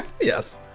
Yes